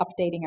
updating